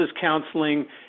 counseling